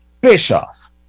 Bischoff